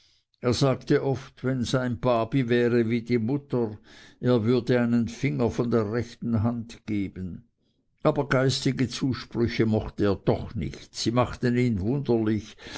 er sagte oft wenn sein babi wäre wie die mutter er würde einen finger von der rechten hand geben aber geistige zusprüche mochte er doch nicht sie machten ihn wunderlich